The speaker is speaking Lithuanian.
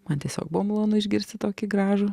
man tiesiog buvo malonu išgirsti tokį gražų